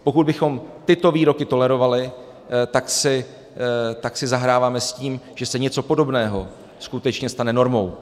Pokud bychom tyto výroky tolerovali, tak si zahráváme s tím, že se něco podobného skutečně stane normou.